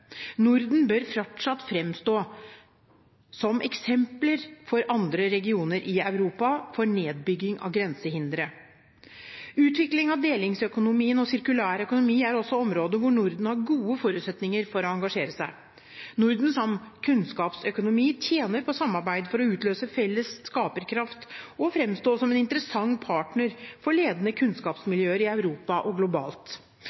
Norden bør fortsatt framstå som eksempel for andre regioner i Europa, for nedbygging av grensehindre. Utviklingen av delingsøkonomi og sirkulær økonomi er også områder der Norden har gode forutsetninger for å engasjere seg. Norden som kunnskapsøkonomi tjener på samarbeid for å utløse felles skaperkraft og framstå som en interessant partner for ledende